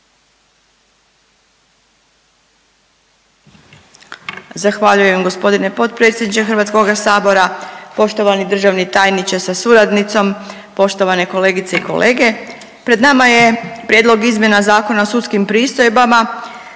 Zahvaljujem gospodine potpredsjedniče Hrvatskoga sabora, poštovani državni tajniče sa suradnicom, poštovane kolegice i kolege. Pred nama je Prijedlog izmjena Zakona o sudskim pristojbama